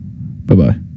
Bye-bye